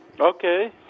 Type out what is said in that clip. Okay